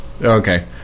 okay